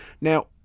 Now